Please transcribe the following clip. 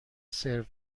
سرو